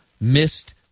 missed